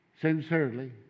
sincerely